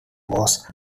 was